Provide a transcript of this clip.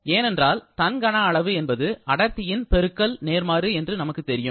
ஏனென்றால் தன் கன அளவு என்பது அடர்த்தியின் பெருக்கல் நேர்மாறு என்று நமக்கு தெரியும்